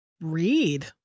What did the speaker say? read